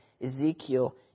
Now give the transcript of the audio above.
Ezekiel